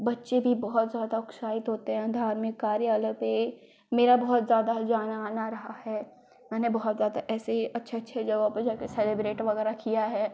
बच्चे भी बहुत ज़्यादा उत्साहित होते हैं धार्मिक कार्यालय पर मेरा बहुत ज़्यादा जाना आना रहा है मैंने बहुत ज़्यादा ऐसी अच्छी अच्छी जगहों पर जाकर सेलिब्रेट वग़ैरह किया है